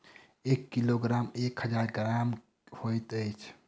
एक किलोग्राम मे एक हजार ग्राम होइत अछि